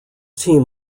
team